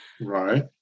Right